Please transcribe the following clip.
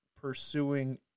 pursuing